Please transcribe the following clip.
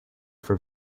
for